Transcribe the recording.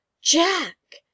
Jack